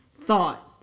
thought